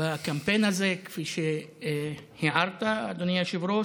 בקמפיין הזה, כפי שהערת, אדוני היושב-ראש.